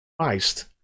Christ